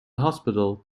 hospital